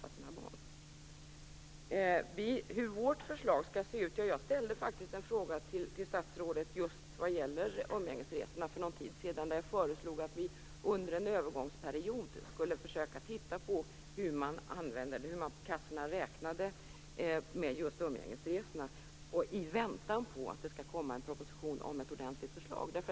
Statsrådet frågade hur vårt förslag ser ut. Jag ställde för någon tid sedan en fråga till statsrådet just vad gäller umgängesresorna, där jag föreslog att vi under en övergångsperiod skulle titta på hur kassorna räknade med just umgängesresorna, i väntan på att det kommer en proposition om ett ordentligt förslag.